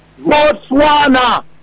Botswana